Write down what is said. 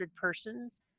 persons